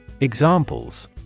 Examples